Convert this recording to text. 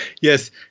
yes